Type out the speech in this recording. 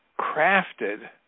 crafted